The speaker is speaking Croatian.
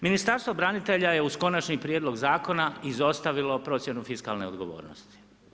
Ministarstvo branitelja je uz konačni prijedlog zakona izostavilo procjenu fiskalne odgovornosti.